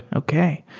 okay.